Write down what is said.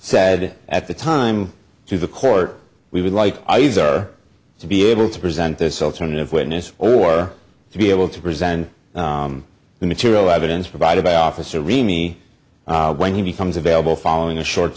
said at the time to the court we would like to be able to present this alternative witness or to be able to present the material evidence provided by officer remey when he becomes available following a short